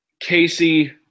Casey